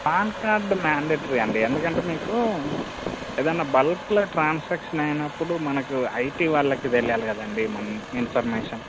pan card mandatory అండి ఎందుకంటే మీకు ఏదన్న బల్క్లో ట్రాన్సాక్షన్ అయినప్పుడు మనకు ఐటీ వాళ్ళకు తెలియాలి కదండి మన ఇన్ ఇన్ఫర్మేషన్